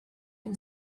and